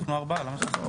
אנחנו ארבעה, למה שלושה?